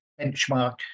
benchmark